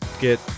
get